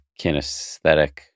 kinesthetic